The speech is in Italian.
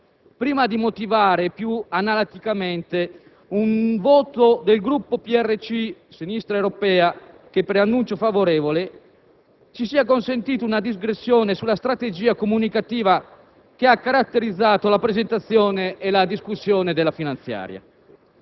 Prima di motivare più analiticamente il voto del Gruppo RC-SE*,* che preannuncio favorevole, ci sia consentita una digressione sulla strategia comunicativa che ha caratterizzato la presentazione e la discussione della finanziaria.